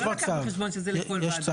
הוא לא לקח בחשבון שזה --- יש דברים שהם בצו,